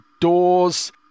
doors